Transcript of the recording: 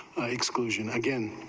exclusion again,